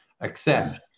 accept